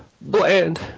Bland